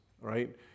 right